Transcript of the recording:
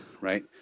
right